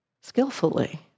skillfully